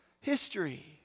History